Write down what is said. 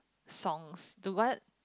songs to what